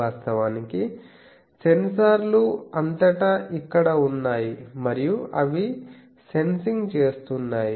వాస్తవానికి సెన్సార్లు అంతటా ఇక్కడ ఉన్నాయి మరియు అవి సెన్సింగ్ చేస్తున్నాయి